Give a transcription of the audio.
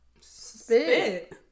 Spit